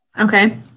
Okay